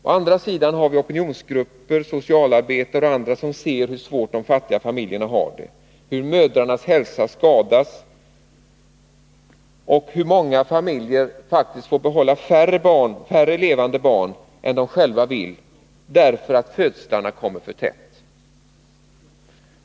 Å andra sidan har vi opinionsgrupper — socialarbetare och andra — som ser hur svårt de fattiga familjerna har det, hur mödrarnas hälsa skadas och hur många familjer faktiskt får behålla färre levande barn än de själva vill ha därför att födslarna kommer för tätt.